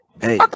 Hey